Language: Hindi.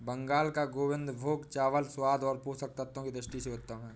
बंगाल का गोविंदभोग चावल स्वाद और पोषक तत्वों की दृष्टि से उत्तम है